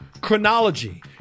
chronology